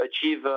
achieve